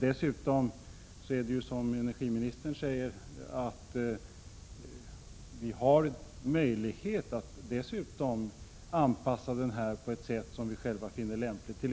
Dessutom är det, som energiministern säger, så att vi har möjlighet att anpassa metoden på ett sätt som vi själva finner lämpligt.